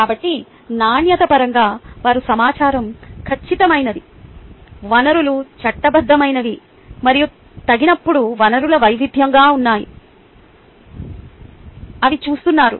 కాబట్టి నాణ్యత పరంగా వారు సమాచారం ఖచ్చితమైనది వనరులు చట్టబద్ధమైనవి మరియు తగినప్పుడు వనరులు వైవిధ్యంగా ఉన్నాయా అని చూస్తున్నారు